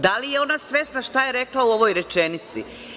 Da li je ona svesna šta je rekla u ovoj rečenici?